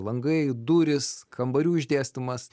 langai durys kambarių išdėstymas